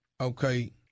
Okay